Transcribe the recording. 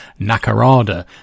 Nakarada